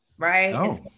Right